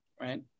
right